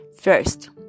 First